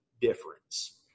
difference